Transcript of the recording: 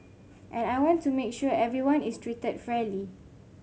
and I want to make sure everyone is treated fairly